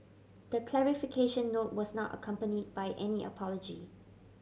the clarification note was not accompany by any apology